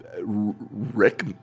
Rick